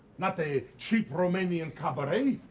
not a cheap romanian cabaret.